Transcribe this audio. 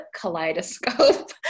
kaleidoscope